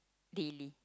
the